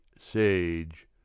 Sage